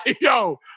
yo